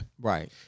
Right